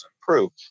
proof